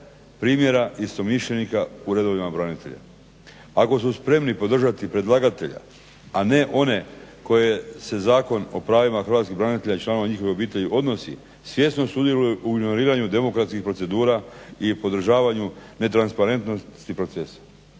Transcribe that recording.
primjera istomišljenika u redovima branitelja. Ako su spremni podržati predlagatelja, a ne one koje se Zakon o pravima hrvatskih branitelja i članova njihovih obitelji odnosi svjesno sudjeluju u … demokratskih procedura i podržavanju netransparentnosti procesa".